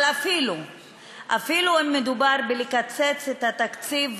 אבל אפילו אם מדובר בקיצוץ התקציב,